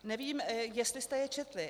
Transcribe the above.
Nevím, jestli jste je četli.